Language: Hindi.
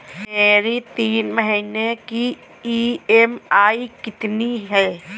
मेरी तीन महीने की ईएमआई कितनी है?